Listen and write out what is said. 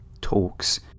talks